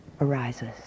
arises